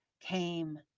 came